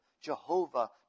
Jehovah